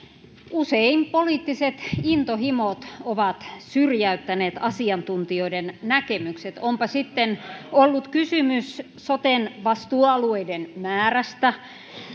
usein poliittiset intohimot ovat syrjäyttäneet asiantuntijoiden näkemykset onpa sitten ollut kysymys soten vastuualueiden määrästä